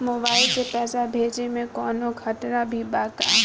Mobile से पैसा भेजे मे कौनों खतरा भी बा का?